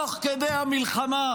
תוך כדי המלחמה,